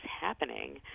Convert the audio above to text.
happening